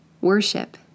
Worship